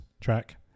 track